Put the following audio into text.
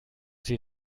sie